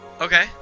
Okay